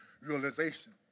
realization